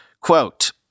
Quote